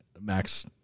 Max